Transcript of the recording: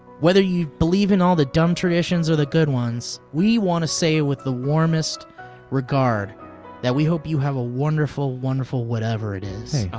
whether you believe in all the dumb traditions or the good ones, we wanna say with the warmest regard that we hope you have a wonderful, wonderful whatever it is.